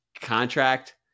Contract